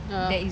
ah